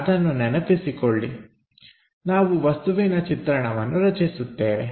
ಅದನ್ನು ನೆನಪಿಸಿಕೊಳ್ಳಿ ನಾವು ವಸ್ತುವಿನ ಚಿತ್ರಣವನ್ನು ರಚಿಸುತ್ತೇವೆ